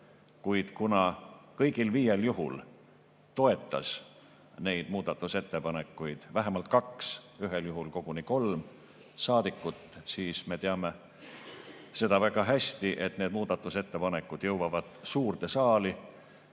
Kuid kuna kõigil viiel juhul toetas neid muudatusettepanekuid vähemalt kaks, ühel juhul koguni kolm saadikut, siis, nagu me teame väga hästi, need muudatusettepanekud jõuavad suurde saali